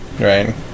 Right